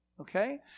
okay